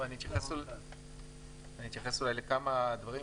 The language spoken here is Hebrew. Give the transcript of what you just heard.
אני אתייחס לכמה דברים.